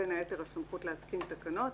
בין היתר הסמכות להתקין תקנות,